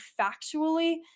factually